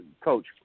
coach